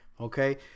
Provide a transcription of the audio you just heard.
Okay